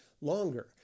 longer